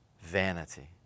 Vanity